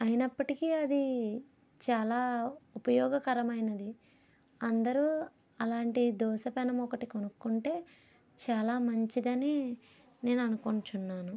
అయినప్పటికీ అది చాలా ఉపయోగకరమైనది అందరూ అలాంటి దోస పెనము ఒకటి కొనుక్కుంటే చాలా మంచిదని నేను అనుకుంటున్నాను